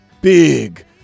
Big